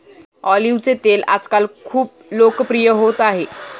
ऑलिव्हचे तेल आजकाल खूप लोकप्रिय होत आहे